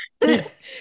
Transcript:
Yes